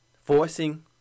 forcing